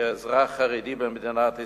כאזרח חרדי במדינת ישראל,